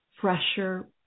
fresher